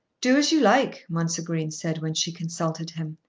do as you like, mounser green said when she consulted him.